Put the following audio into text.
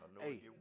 Hey